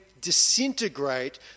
disintegrate